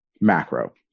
macro